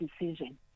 decision